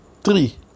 three